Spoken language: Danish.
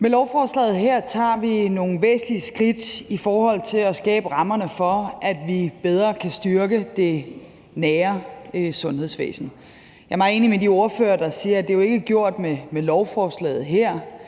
Med lovforslaget her tager vi nogle væsentlige skridt i forhold til at skabe rammerne for, at vi bedre kan styrke det nære sundhedsvæsen. Jeg er meget enig med de ordførere, der siger, at det jo ikke er gjort med lovforslaget her.